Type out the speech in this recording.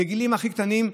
בגילאים הכי קטנים,